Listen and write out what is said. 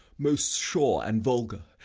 most sure and vulgar.